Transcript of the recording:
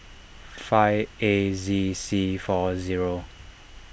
five A Z C four zero